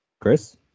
Chris